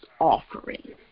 offering